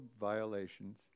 violations